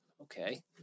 Okay